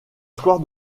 square